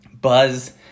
Buzz